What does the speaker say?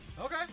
Okay